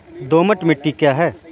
दोमट मिट्टी क्या है?